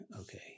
okay